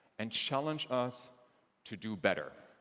and challenge us to do better.